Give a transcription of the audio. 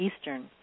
Eastern